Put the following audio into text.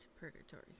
purgatory